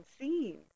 seen